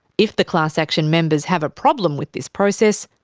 if the class action members have a problem with this process,